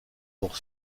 pour